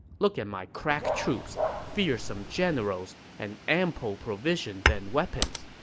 look at my crack troops, fearsome generals, and ample provisions and weapons.